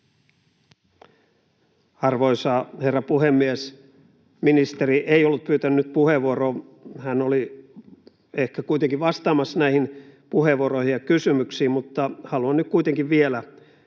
Arvoisa herra puhemies! Ministeri ei ollut pyytänyt puheenvuoroa. Hän oli ehkä kuitenkin vastaamassa näihin puheenvuoroihin ja kysymyksiin. Mutta haluan nyt kuitenkin vielä